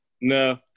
No